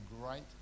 great